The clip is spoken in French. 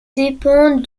dépend